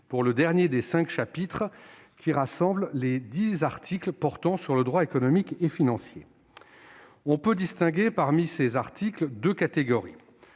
pour le dernier des cinq chapitres, qui rassemble les dix articles portant sur le droit économique et financier. On peut distinguer, parmi ces articles, deux catégories.